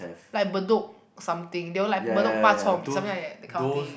like Bedok something they were like Bedok bak-chor-mee something like that that kind of thing